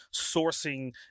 sourcing